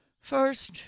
First